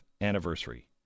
anniversary